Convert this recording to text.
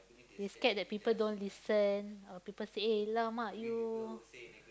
they scared that people don't listen or people say eh !alamak! you